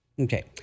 Okay